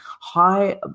high